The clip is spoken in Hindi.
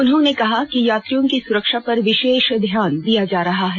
उन्होंने कहा कि यात्रियों की सुरक्षा पर विशेष ध्यान दिया जा रहा है